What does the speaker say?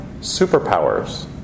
superpowers